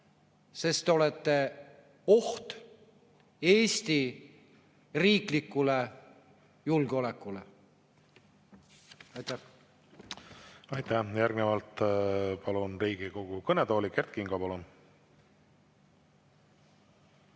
Te olete oht Eesti riiklikule julgeolekule. Aitäh! Aitäh! Järgnevalt palun Riigikogu kõnetooli Kert Kingo. Palun!